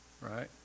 right